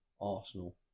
Arsenal